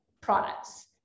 products